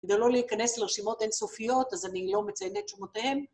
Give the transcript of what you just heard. כדי לא להיכנס לרשימות אינסופיות, אז אני לא מציינת שמותיהן.